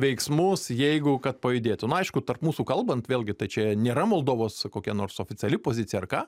veiksmus jeigu kad pajudėtų nu aišku tarp mūsų kalbant vėlgi tai čia nėra moldovos kokia nors oficiali pozicija ar ką